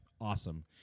awesome